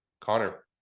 Connor